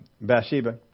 Bathsheba